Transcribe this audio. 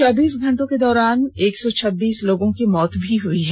चौबीस घंटों के दौरान एक सौ छब्बीस लोगों की मौत भी हुई है